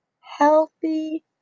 healthy